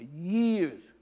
years